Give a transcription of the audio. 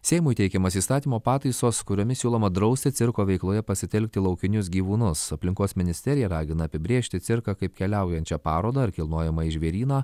seimui teikiamas įstatymo pataisos kuriomis siūloma drausti cirko veikloje pasitelkti laukinius gyvūnus aplinkos ministerija ragina apibrėžti cirką kaip keliaujančią parodą ar kilnojamąjį žvėryną